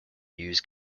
news